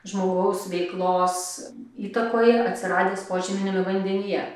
žmogaus veiklos įtakoje atsiradęs požeminiame vandenyje